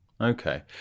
Okay